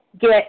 get